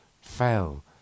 fell